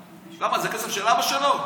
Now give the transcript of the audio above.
למה, זה כסף של אבא שלו?